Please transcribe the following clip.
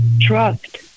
trust